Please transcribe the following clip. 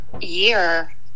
year